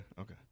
okay